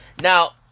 Now